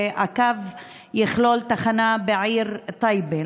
והקו יכלול תחנה בעיר טייבה.